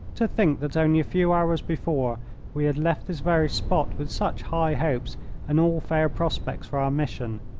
to think that only a few hours before we had left this very spot with such high hopes and all fair prospects for our mission,